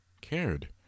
cared